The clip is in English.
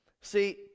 See